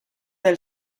del